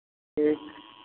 ठीक